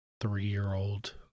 three-year-old